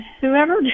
whoever